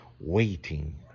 waiting